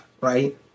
right